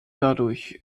dadurch